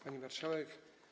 Pani Marszałek!